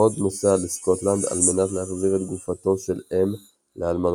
בונד נוסע לסקוטלנד על מנת להחזיר את גופתו של M לאלמנתו,